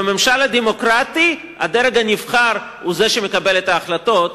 בממשל הדמוקרטי הדרג הנבחר הוא זה שמקבל את ההחלטות,